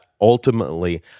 ultimately